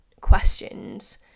questions